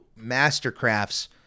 mastercrafts